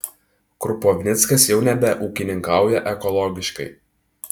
krupovnickas jau nebeūkininkauja ekologiškai